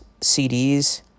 CDs